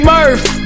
Murph